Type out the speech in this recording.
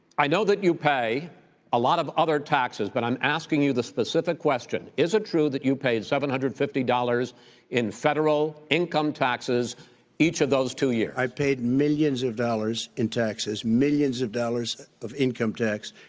i know that you pay a lot of other taxes. but i'm asking you the specific question, is it true that you paid seven hundred and fifty dollars in federal income taxes each of those two years? i paid millions of dollars in taxes. millions of dollars of income tax.